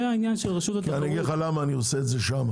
אני אגיד לך למה אני עושה את זה שם,